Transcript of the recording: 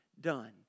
done